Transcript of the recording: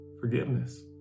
forgiveness